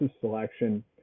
selection